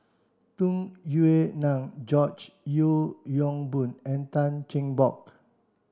Tung Yue Nang George Yeo Yong Boon and Tan Cheng Bock